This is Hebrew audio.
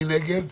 מי נגד?